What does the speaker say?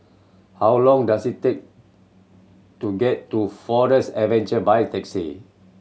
how long does it take to get to Forest Adventure by taxi